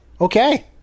okay